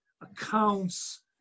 accounts